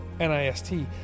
NIST